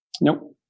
Nope